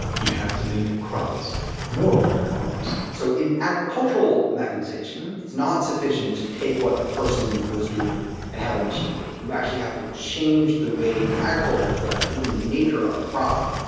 you have to make your crops more like cars so in agricultural mechanization, it's not sufficient to take what the person was doing and have a machine do it. you actually have to change the way the agriculture is done, or even the nature of the crop,